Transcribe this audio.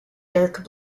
dark